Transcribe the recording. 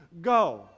go